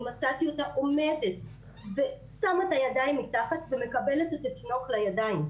אני מצאתי אותה עומדת ושמה את הידיים מתחת ומקבלת את התינוק לידיים,